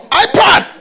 iPad